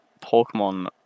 Pokemon